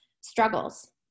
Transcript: struggles